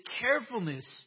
carefulness